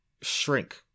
shrink